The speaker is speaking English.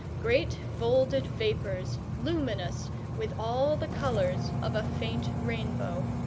great folded vapours, luminous with all the colours of a faint rainbow.